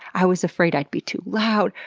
i was afraid i'd be too loud,